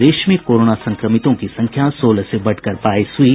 प्रदेश में कोरोना संक्रमितों की संख्या सोलह से बढ़कर बाईस हुयी